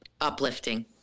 Uplifting